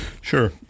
Sure